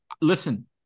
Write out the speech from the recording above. Listen –